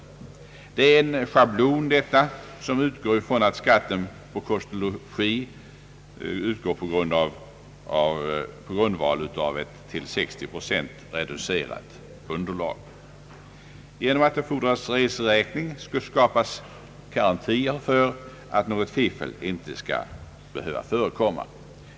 Detta är en schablon, som utgår ifrån att skatten på kost och logi utgår på grundval av ett till 60 procent reducerat underlag. Genom att det fordras reseräkningar skapas garantier för att något fusk inte skall förekomma.